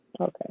Okay